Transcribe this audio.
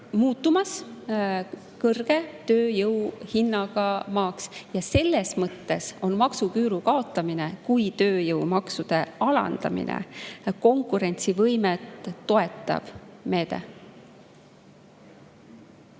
muutumas kõrge tööjõuhinnaga maaks ja selles mõttes on maksuküüru kaotamine kui tööjõumaksude alandamine konkurentsivõimet toetav meede.